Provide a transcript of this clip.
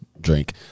drink